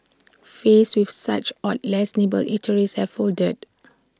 faced with such odds less nimble eateries have folded